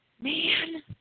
Man